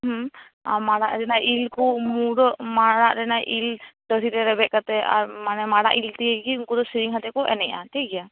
ᱦᱩᱸ ᱟᱻ ᱢᱟᱨᱟᱜ ᱨᱮᱱᱟᱜ ᱤᱞ ᱠᱚ ᱢᱩᱲᱚᱜ ᱢᱟᱨᱟᱜ ᱨᱮᱱᱟᱜ ᱤᱞ ᱫᱟ ᱲᱦᱤ ᱨᱮ ᱨᱮᱵᱮᱫ ᱠᱟᱛᱮ ᱟᱨ ᱢᱟᱱᱮ ᱢᱟᱨᱟᱜ ᱤᱞ ᱟᱛᱮᱜᱮ ᱩᱱᱠᱩ ᱫᱚ ᱥᱮᱨᱮᱧ ᱠᱟᱛᱮ ᱠᱚ ᱮᱱᱮᱡᱼᱟ ᱴᱷᱤᱠᱜᱮᱭᱟ